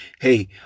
hey